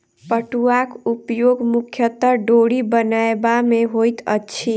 पटुआक उपयोग मुख्यतः डोरी बनयबा मे होइत अछि